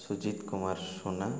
Sujit Kumar Sona